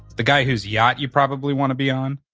the guy whose yacht you probably wanna be on.